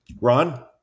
Ron